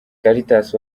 cartas